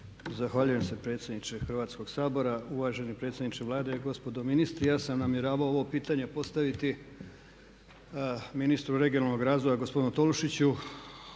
Zahvaljujem predsjedniče Hrvatskoga sabora, uvaženi predsjedniče Vlade, gospodo ministri. Ja sam namjeravao ovo pitanje postaviti ministru regionalnog razvoja gospodinu Tolušiću,